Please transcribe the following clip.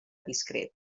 discret